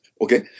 Okay